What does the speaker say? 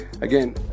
again